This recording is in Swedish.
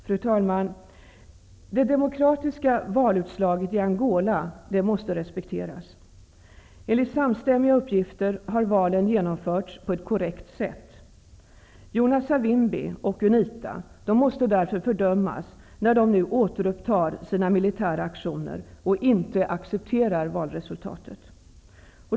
Fru talman! Det demokratiska valutslaget i Angola måste respekteras. Enligt samstämmiga uppgifter har valen genomförts på ett korrekt sätt. Jonas Savimbi och hans UNITA måste fördömas när de återupptar sina militära aktioner och inte accepterar valresultatet.